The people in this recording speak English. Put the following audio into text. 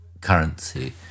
currency